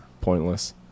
pointless